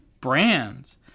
Brands